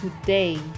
today